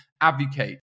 Advocate